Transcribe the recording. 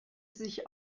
sich